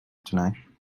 tonight